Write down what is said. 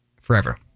forever